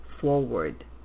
forward